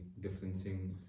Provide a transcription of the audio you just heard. differencing